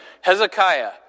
Hezekiah